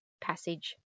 passage